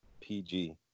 PG